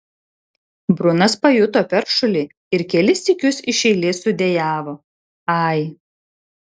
brunas pajuto peršulį ir kelis sykius iš eilės sudejavo ai